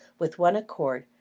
with one accord,